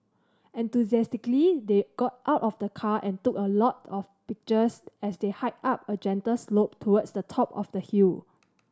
enthusiastically they got out of the car and took a lot of pictures as they hiked up a gentle slope towards the top of the hill